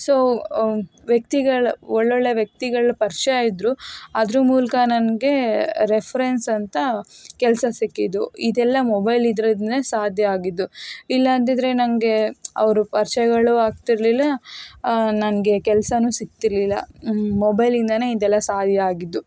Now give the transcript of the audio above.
so ವ್ಯಕ್ತಿಗಳ ಒಳ್ಳೊಳ್ಳೆ ವ್ಯಕ್ತಿಗಳ ಪರಿಚಯ ಇದ್ದರು ಅದರ ಮೂಲಕ ನನಗೆ ರೆಫರೆನ್ಸ್ ಅಂತ ಕೆಲಸ ಸಿಕ್ಕಿದ್ದು ಇದೆಲ್ಲ ಮೊಬೈಲ್ ಇದ್ದರೇನೇ ಸಾಧ್ಯ ಆಗಿದ್ದು ಇಲ್ಲ ಅಂದಿದ್ದರೆ ನನಗೆ ಅವರು ಪರಿಚಯಗಳು ಆಗ್ತಿರಲಿಲ್ಲ ನನಗೆ ಕೆಲಸವೂ ಸಿಗ್ತಿರಲಿಲ್ಲ ಮೊಬೈಲಿಂದಲೇ ಇದೆಲ್ಲ ಸಾಧ್ಯ ಆಗಿದ್ದು